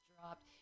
dropped